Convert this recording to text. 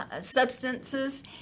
substances